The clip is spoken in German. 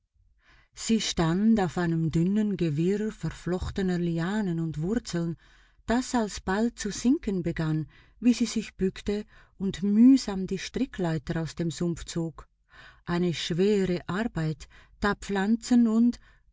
sie stand auf einem dünnen gewirr verflochtener lianen und wurzeln das alsbald zu sinken begann wie sie sich bückte und mühsam die strickleiter aus dem sumpf zog eine schwere arbeit da pflanzen und